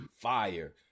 fire